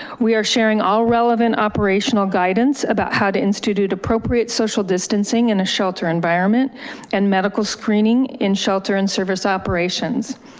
we are sharing all relevant operational guidance about how to institute appropriate social distancing in a shelter environment and medical screening in shelter and service operations.